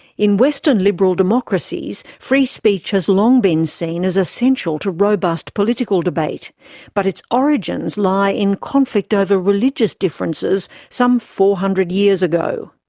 in western liberal democracies, free speech has long been seen as essential to robust political debate but its origins lie in conflict over religious differences some four hundred years ago.